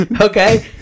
Okay